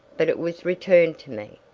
but it was returned to me.